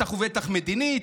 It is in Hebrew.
בטח ובטח מדינית.